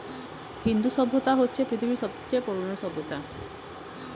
হিন্দু সভ্যতা হচ্ছে পৃথিবীর সবচেয়ে পুরোনো সভ্যতা